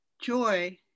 Joy